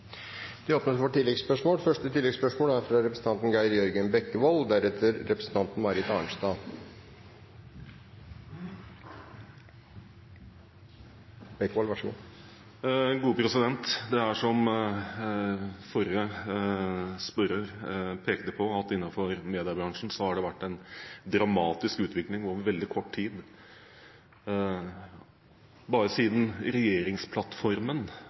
Geir Jørgen Bekkevold. Det er som forrige spørrer pekte på, at innenfor mediebransjen har det vært en dramatisk utvikling over veldig kort tid. Bare siden regjeringsplattformen